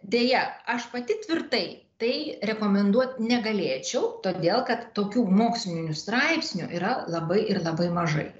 deja aš pati tvirtai tai rekomenduot negalėčiau todėl kad tokių mokslinių straipsnių yra labai ir labai mažai